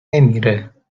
نمیره